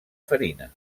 farina